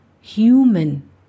human